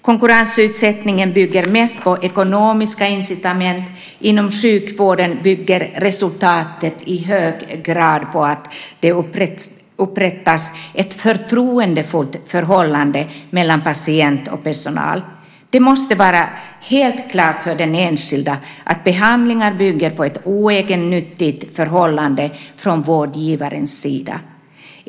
Konkurrensutsättningen bygger mest på ekonomiska incitament, och inom sjukvården bygger resultatet i hög grad på att det upprättas ett förtroendefullt förhållande mellan patient och personal. Det måste vara helt klart för den enskilde att behandlingar bygger på ett oegennyttigt förhållande från vårdgivarens sida.